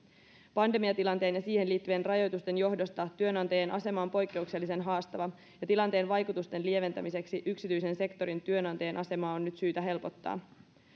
pandemiatilanteen ja siihen liittyvien rajoitusten johdosta työnantajien asema on poikkeuksellisen haastava ja tilanteen vaikutusten lieventämiseksi yksityisen sektorin työnantajien asemaa on nyt syytä helpottaa